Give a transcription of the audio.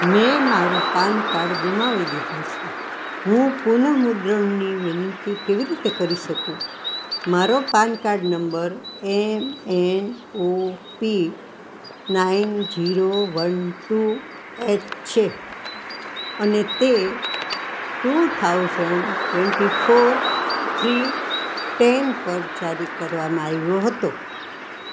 મેં મારું પાનકાડ ગુમાવી દીધું છે હું પુનઃમુદ્રણની વિનંતી કેવી રીતે કરી શકું મારો PAN card number M N O P nine zero one two H છે અને તે two thousand twenty four three ten પર જારી કરવામાં આવ્યો હતો